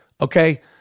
Okay